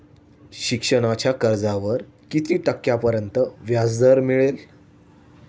शिक्षणाच्या कर्जावर किती टक्क्यांपर्यंत व्याजदर लागेल?